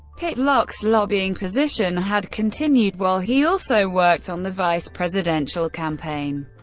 pitlock's lobbying position had continued while he also worked on the vice presidential campaign.